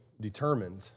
determined